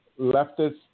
leftist